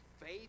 Faith